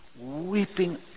weeping